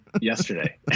Yesterday